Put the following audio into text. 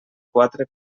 quatre